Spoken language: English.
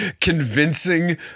convincing